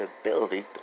ability